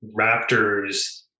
Raptors